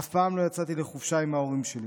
אף פעם לא יצאתי לחופשה עם ההורים שלי.